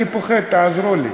תעזרו לי,